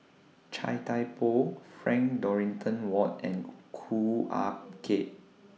Chia Thye Poh Frank Dorrington Ward and Ah Kay